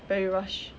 very rushed